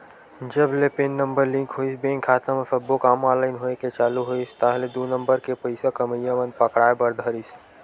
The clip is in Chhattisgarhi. जब ले पेन नंबर लिंक होइस बेंक खाता म सब्बो काम ऑनलाइन होय के चालू होइस ताहले दू नंबर के पइसा कमइया मन पकड़ाय बर धरिस